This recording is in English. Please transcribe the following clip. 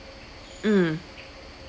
mm